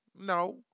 No